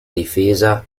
difesa